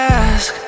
ask